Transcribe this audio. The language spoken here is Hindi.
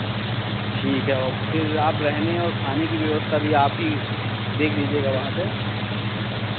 ठीक है और फिर आप रहने और खाने की व्यवस्था भी आप ही देख लीजिएगा वहाँ पे